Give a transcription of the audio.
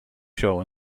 show